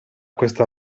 questa